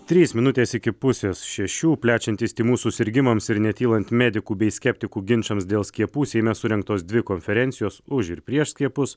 trys minutės iki pusės šešių plečiantis tymų susirgimams ir netylant medikų bei skeptikų ginčams dėl skiepų seime surengtos dvi konferencijos už ir prieš skiepus